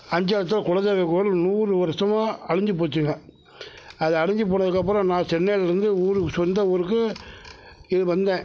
அஞ்சலத்தில் ஒரு குலதெய்வம் கோவில் நூறு வருஷமாக அழிஞ்சு போச்சுங்க அது அழிஞ்சு போனதுக்கப்றம் நான் சென்னையில் இருந்து ஊருக்கு சொந்த ஊருக்கு இது வந்தேன்